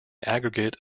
aggregate